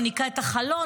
הוא ניקה את החלון,